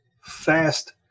fast